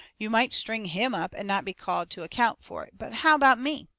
you might string him up and not be called to account for it. but how about me?